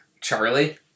Charlie